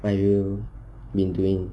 what you been doing